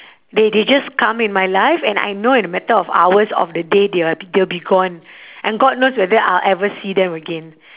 they they just come in my life and I know in a matter of hours of the day they're they'll be gone and god knows whether I'll ever see them again